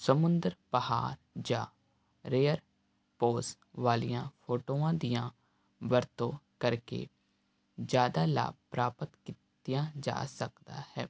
ਸਮੁੰਦਰ ਪਹਾੜ ਜਾਂ ਰੇਅਰ ਪੋਸ ਵਾਲੀਆਂ ਫੋਟੋਆਂ ਦੀਆਂ ਵਰਤੋਂ ਕਰਕੇ ਜ਼ਿਆਦਾ ਲਾਭ ਪ੍ਰਾਪਤ ਕੀਤੀਆਂ ਜਾ ਸਕਦਾ ਹੈ